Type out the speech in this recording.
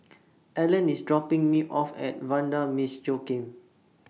Allan IS dropping Me off At Vanda Miss Joaquim